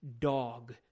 dog